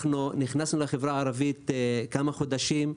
אנחנו נכנסנו לחברה הערבית לפני כמה חודשים,